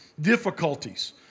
difficulties